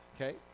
okay